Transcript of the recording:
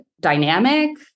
dynamic